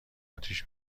آتیش